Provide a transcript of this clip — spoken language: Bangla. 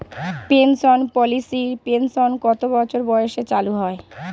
পেনশন পলিসির পেনশন কত বছর বয়সে চালু হয়?